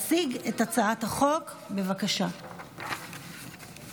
הנושא הבא על סדר-היום הצעת חוק הירושה (תיקון מס'